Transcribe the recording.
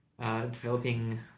Developing